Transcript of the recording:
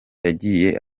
yagiye